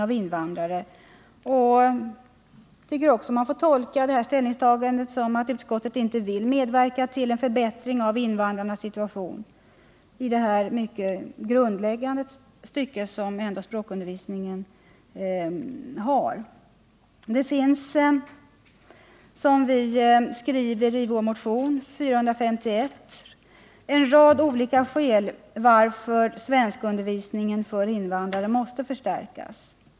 Det ställningstagandet får man enligt min mening tolka så att utskottet inte vill medverka till en förbättring av invandrarnas situation när det gäller den mycket grundläggande faktor som svenskundervisningen utgör. Som vi skriver i vår motion 451 finns det en rad olika skäl som talar för att svenskundervisningen för invandrarna måste förstärkas.